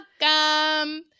welcome